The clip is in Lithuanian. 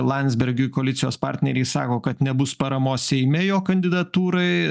landsbergiui koalicijos partneriai sako kad nebus paramos seime jo kandidatūrai